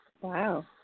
wow